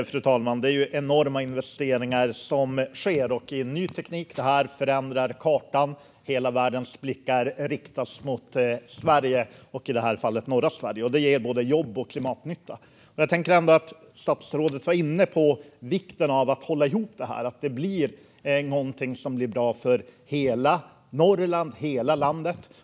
Fru talman! Det sker enorma investeringar i ny teknik. Det förändrar kartan. Hela världens blickar riktas mot Sverige, och i det här fallet norra Sverige. Detta ger både jobb och klimatnytta. Statsrådet var inne på vikten av att hålla ihop detta, så att det blir något som är bra för hela Norrland och hela landet.